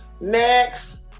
Next